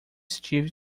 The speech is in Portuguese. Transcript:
steve